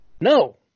No